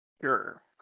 Sure